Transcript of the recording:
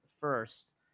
first